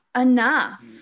enough